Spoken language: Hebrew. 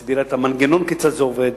היא הסבירה את המנגנון, כיצד זה עובד.